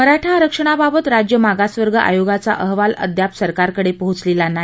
मराठा आरक्षणाबाबत राज्य मागासवर्ग आयोगाचा अहवाल अद्याप सरकारकडे पोहचलेला नाही